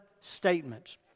statements